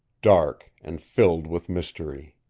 dark and filled with mystery.